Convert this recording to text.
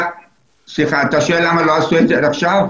אתה שואל למה לא עשו עד עכשיו?